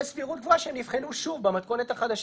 יש סבירות גבוהה שהם נבחנו שוב במתכונת החדשה